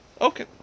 Okay